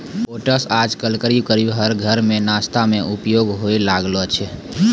oats आजकल करीब करीब हर घर मॅ नाश्ता मॅ उपयोग होय लागलो छै